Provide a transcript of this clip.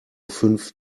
fünf